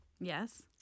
Yes